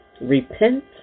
Repent